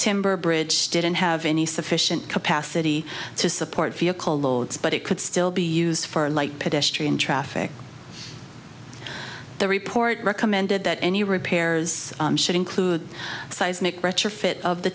timber bridge didn't have any sufficient capacity to support vehicle loads but it could still be used for light pedestrian traffic the report recommended that any repairs should include a seismic retrofit of the